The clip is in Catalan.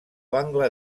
bangla